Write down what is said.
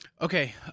Okay